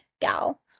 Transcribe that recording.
gal